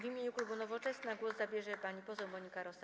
W imieniu klubu Nowoczesna głos zabierze pani poseł Monika Rosa.